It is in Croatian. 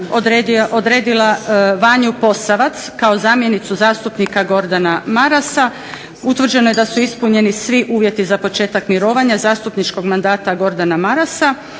odredila Vanju Posavac kao zamjenicu zastupnika Gordana Marasa. Utvrđeno je da su ispunjeni svi uvjeti za početak mirovanja zastupničkog mandata Gordana Marasa